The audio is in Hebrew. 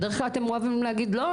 בדרך כלל אתם אוהבים להגיד לא,